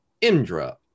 Indra